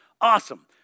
Awesome